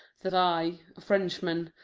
that i, a french man,